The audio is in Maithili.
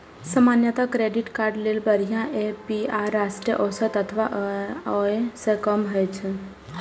सामान्यतः क्रेडिट कार्ड लेल बढ़िया ए.पी.आर राष्ट्रीय औसत अथवा ओइ सं कम होइ छै